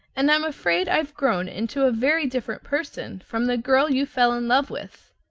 and i'm afraid i've grown into a very different person from the girl you fell in love with.